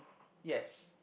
yes